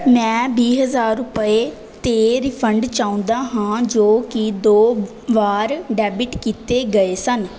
ਮੈਂ ਵੀਹ ਹਜ਼ਾਰ ਰੁਪਏ 'ਤੇ ਰਿਫੰਡ ਚਾਹੁੰਦਾ ਹਾਂ ਜੋ ਕਿ ਦੋ ਵਾਰ ਡੈਬਿਟ ਕੀਤੇ ਗਏ ਸਨ